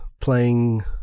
playing